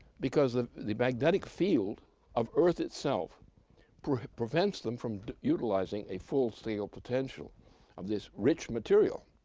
because the the magnetic field of earth itself prevents them from utilizing a full-scale potential of this rich material.